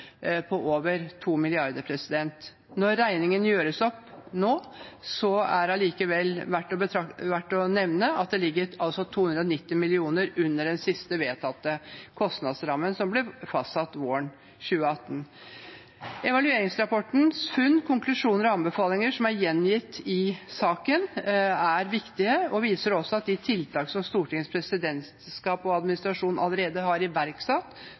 på over 2 mrd. kr. Når regningen gjøres opp nå, er det allikevel verdt å nevne at det altså ligger 290 mill. kr under den siste vedtatte kostnadsrammen, som ble fastsatt våren 2018. Evalueringsrapportens funn, konklusjoner og anbefalinger som er gjengitt i saken, er viktige og viser også at de tiltak som Stortingets presidentskap og administrasjon allerede har iverksatt